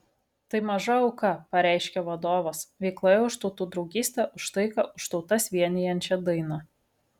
tai maža auka pareiškė vadovas veikloje už tautų draugystę už taiką už tautas vienijančią dainą